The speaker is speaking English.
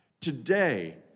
today